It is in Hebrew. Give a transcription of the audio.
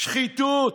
שחיתות.